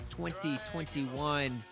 2021